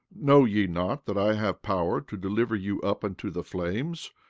know ye not that i have power to deliver you up unto the flames?